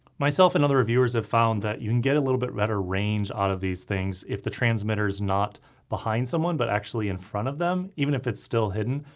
myself and other reviewers have found that you can get a little bit better range out of these things if the transmitter is not behind someone but actually in front of them, even if it's still hidden.